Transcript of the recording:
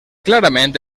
clarament